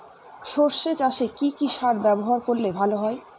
সর্ষে চাসে কি কি সার ব্যবহার করলে ভালো হয়?